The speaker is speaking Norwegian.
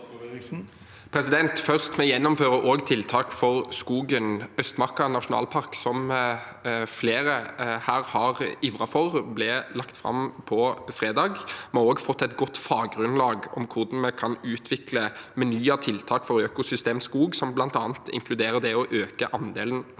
Først: Vi gjennomfører også tiltak for skogen. Østmarka nasjonalpark, som flere her har ivret for, ble lagt fram på fredag. Vi har også fått et godt faggrunnlag om hvordan vi kan utvikle en meny av tiltak for økosystemet skog, som bl.a. inkluderer det å øke andelen lukkede